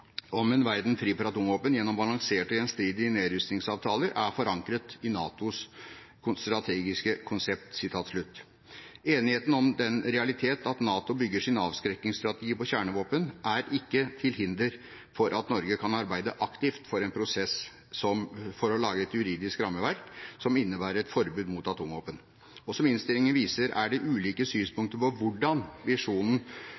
om en verden fri for atomvåpen gjennom balanserte og gjensidige nedrustningsavtaler, er forankret i NATOs strategiske konsept». Enigheten om den realitet at NATO bygger sin avskrekkingsstrategi på kjernevåpen, er ikke til hinder for at Norge kan arbeide aktivt for en prosess for å lage et juridisk rammeverk som innebærer et forbud mot atomvåpen. Som innstillingen viser, er det ulike synspunkter på hvordan visjonen